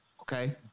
Okay